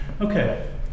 Okay